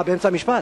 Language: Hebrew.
באמצע המשפט?